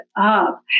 up